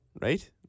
Right